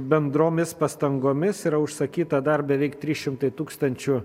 bendromis pastangomis yra užsakyta dar beveik trys šimtai tūkstančių